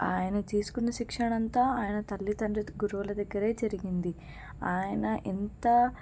ఆయన తీసుకున్న శిక్షణంతా ఆయన తల్లిదండ్రుల గురువుల దిగ్గరే జరిగింది ఆయన ఎంత